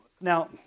Now